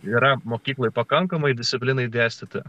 yra mokyklai pakankamai disciplinai dėstyti